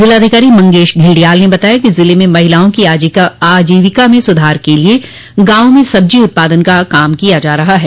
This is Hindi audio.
जिलाधिकारी मंगेश घिल्डियाल ने बताया कि जिले में महिलाओं की आजीविका में सुधार के लिए गांव मे सब्जी उत्पादन का काम किया जा रहा है